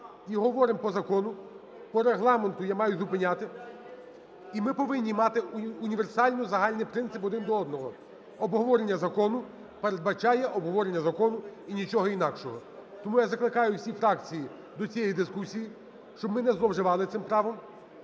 говоримо по закону, по Регламенту я маю зупиняти. І ми повинні мати універсальний загальний принцип один до одного. Обговорення закону передбачає обговорення закону і нічого інакшого. Тому я закликаю всі фракції до цієї дискусії, щоб ми не зловживали цим правом.